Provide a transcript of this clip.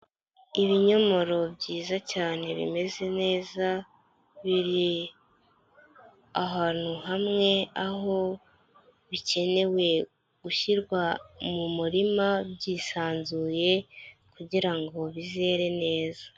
Ibinyomoro byiza cyane bimeze neza, biri ahantu hamwe aho bikenewe gushyirwa mu murima byisanzuye, kugirango bizere neza.